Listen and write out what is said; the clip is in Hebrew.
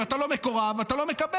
אם אתה לא מקורב אתה לא מקבל.